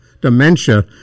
Dementia